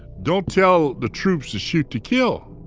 don't tell the troops to shoot to kill.